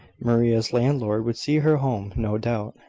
maria's landlord would see her home, no doubt.